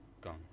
gone